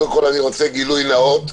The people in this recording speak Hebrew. גילוי נאות,